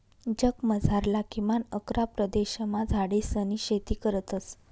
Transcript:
जगमझारला किमान अकरा प्रदेशमा झाडेसनी शेती करतस